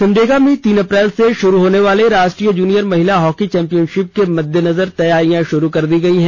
सिमडेगा में तीन अप्रैल से शुरू होने वाले राष्ट्रीय जूनियर महिला हॉकी चौंपियनशिप के मद्देनजर तैयारी शुरू कर दी गई है